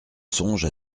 songe